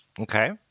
Okay